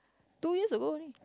two years ago